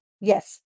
Yes